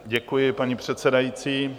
Děkuji, paní předsedající.